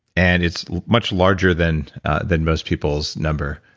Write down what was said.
and it's much larger than than most people's number.